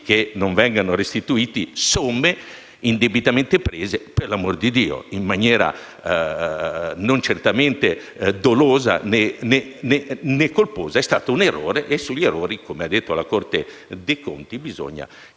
che non vengano restituite somme indebitamente prese, ancorché in maniera certamente non dolosa, né colposa. È stato un errore e agli errori, come ha detto, la Corte dei conti bisogna porre